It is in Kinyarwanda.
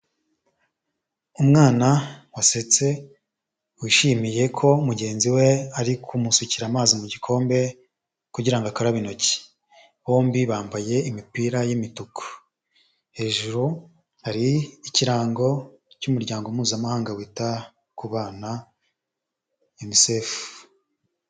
Umwana wasetse, wishimiye ko mugenzi we ari kumusukira amazi mu gikombe kugira ngo akarabe intoki, bombi bambaye imipira y'imituku, hejuru hari ikirango cy'umuryango mpuzamahanga wita ku bana, Unicefu.